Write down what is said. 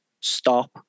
stop